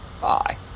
Bye